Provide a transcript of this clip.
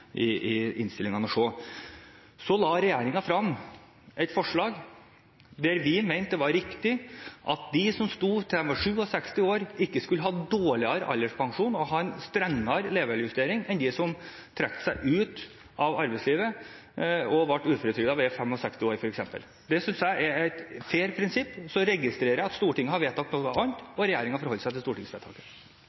tilbake i innstillingene og se. Så la regjeringen frem et forslag der vi mente det var riktig at de som sto til de var 67 år, ikke skulle ha dårligere alderspensjon og strengere levealdersjustering enn dem som trakk seg ut av arbeidslivet og ble uføretrygdet ved 65 år, f.eks. Det synes jeg er et fair prinsipp. Så registrerer jeg at Stortinget har vedtatt noe annet, og regjeringen forholder seg til stortingsvedtaket.